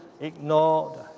ignored